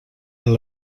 are